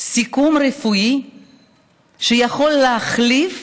סיכום רפואי שיכול להחליף